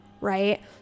right